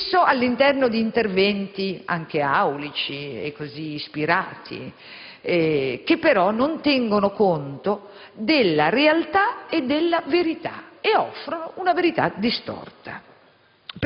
spesso all'interno di interventi anche aulici e ispirati che, però, non tengono conto della realtà e della verità e offrono una verità distorta.